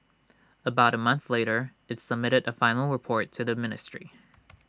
about A month later IT submitted A final report to the ministry